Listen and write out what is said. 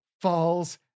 Falls